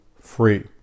free